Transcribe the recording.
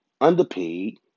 Underpaid